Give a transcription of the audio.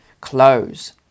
close